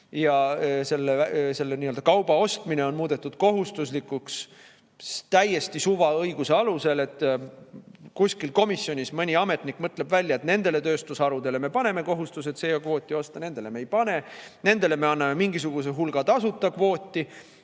ja selle kauba ostmine on muudetud kohustuslikuks täiesti suvaõiguse alusel. Kuskil komisjonis mõni ametnik mõtleb välja, et nendele tööstusharudele me paneme kohustuse CO2‑kvooti osta, nendele me ei pane, nendele me anname mingisuguse hulga tasuta kvooti,